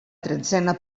tretzena